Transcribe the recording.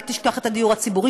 אל תשכח את הדיור הציבורי,